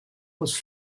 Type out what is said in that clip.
was